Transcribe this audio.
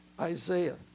Isaiah